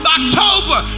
October